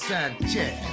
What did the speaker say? Sanchez